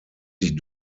sich